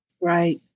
Right